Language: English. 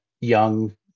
young